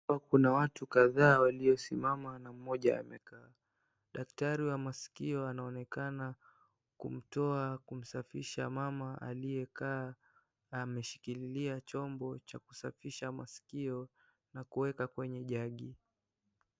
Kuna watu kadhaa waliosimama na mmoja amekaa. Daktari wa maskio anaonekana kumtoa kumsafisha mama aliyekaa na ameshikilia chombo cha kusafisha masikio na kuweka kwenye jagi.